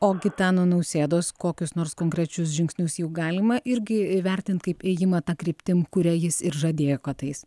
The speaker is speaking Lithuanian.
o gitano nausėdos kokius nors konkrečius žingsnius jau galima irgi įvertint kaip ėjimą ta kryptim kuria jis ir žadėjo kad eis